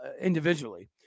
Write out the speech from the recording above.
individually